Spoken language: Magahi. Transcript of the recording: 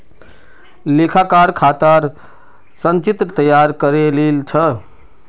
लेखाकार खातर संचित्र तैयार करे लील छ